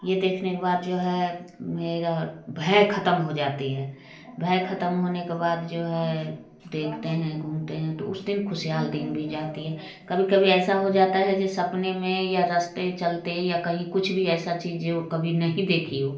ये देने के बाद जो है मेरा भय ख़त्म हो जाता है भय ख़त्म होने के बाद जो है देखतें हैं घूमते हैं तो उस दिन ख़ुशहाल दिन भी जाता है कभी कभी ऐसा हो जाता है जे सपने में या रस्ते चलते या कहीं कुछ भी ऐसी चीज़ जो कभी नहीं देखी हो